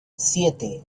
siete